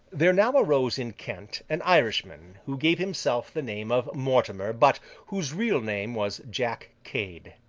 there now arose in kent an irishman, who gave himself the name of mortimer, but whose real name was jack cade.